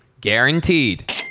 guaranteed